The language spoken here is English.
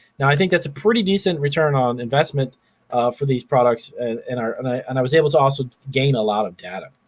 now i think that's a pretty decent return on investment for these products and and i was able to also gain a lot of data.